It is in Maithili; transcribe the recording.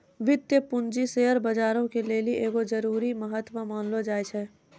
वित्तीय पूंजी शेयर बजारो के लेली एगो जरुरी तत्व मानलो जाय छै